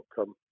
outcome